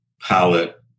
palette